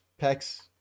pecs